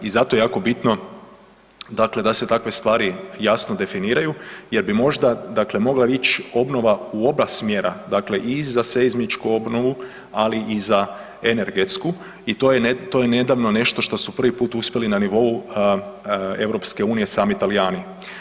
I zato je jako bitno dakle da se takve stvari jasno definiraju jer bi možda dakle mogla ići obnova u oba smjera, dakle i za seizmičku obnovu ali i za energetsku i to je nedavno nešto što su prvi puta uspjeli na nivou EU sami Talijani.